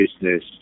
business